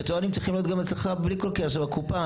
הקריטריונים צריכים להיות גם אצלך בלי כל קשר לקופה,